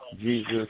Jesus